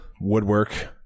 woodwork